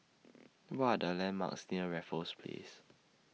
What Are The landmarks near Raffles Place